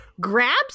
grabs